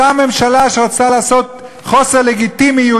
אותה ממשלה שרצתה לעשות חוסר לגיטימיות